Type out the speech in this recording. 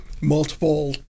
multiple